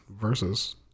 versus